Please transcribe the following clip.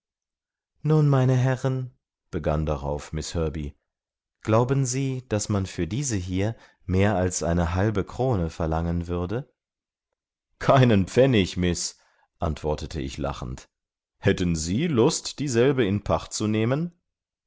nun meine herren begann darauf miß herbey glauben sie daß man für diese hier mehr als eine halbe krone verlangen würde keinen pfennig miß antwortete ich lachend hätten sie lust dieselbe in pacht zu nehmen